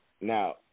Now